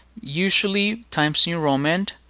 usually times new roman,